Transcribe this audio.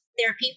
therapy